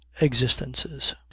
existences